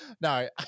no